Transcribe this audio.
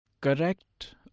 correct